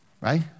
right